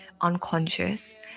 unconscious